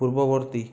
পূর্ববর্তী